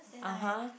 (uh huh)